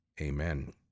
amen